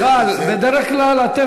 חברתי חברת הכנסת,